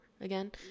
again